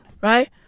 right